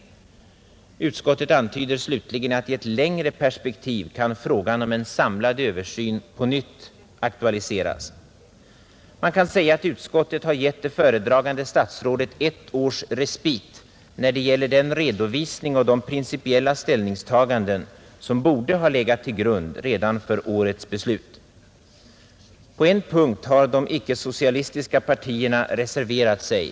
Utskottet antyder slutligen att i ett längre perspektiv kan frågan om en samlad översyn ånyo aktualiseras. Man kan säga att utskottet nu har gett det föredragande statsrådet ett års respit när det gäller den redovisning och de principiella ställningstaganden som helst borde ha legat till grund redan för årets beslut. På en punkt har de icke-socialistiska partierna reserverat sig.